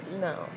No